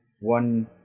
one